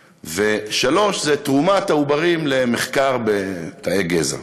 3. תרומת העוברים למחקר בתאי גזע.